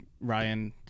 Ryan